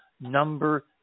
number